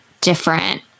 different